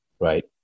right